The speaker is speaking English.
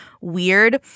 weird